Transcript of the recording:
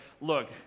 look